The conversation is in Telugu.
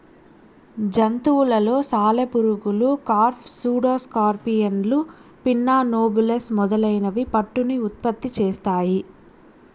జంతువులలో సాలెపురుగులు, కార్ఫ్, సూడో స్కార్పియన్లు, పిన్నా నోబిలస్ మొదలైనవి పట్టును ఉత్పత్తి చేస్తాయి